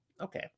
okay